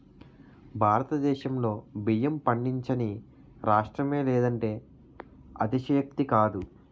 భారతదేశంలో బియ్యం పండించని రాష్ట్రమే లేదంటే అతిశయోక్తి కాదు